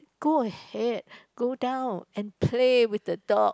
go ahead go down and play with the dog